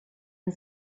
and